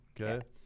okay